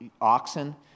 oxen